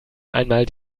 einmal